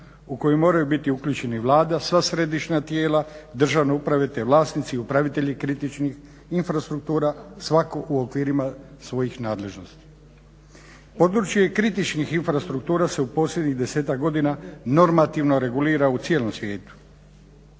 u kojoj moraju biti uključeni Vlada, sva središnja tijela državne uprave te vlasnici i upravitelji kritičnih infrastruktura svatko u okvirima svojih nadležnosti. Područje kritičnih infrastruktura se u posljednjih 10-ak godina normativno regulira u cijelom svijetu.